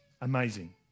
Amazing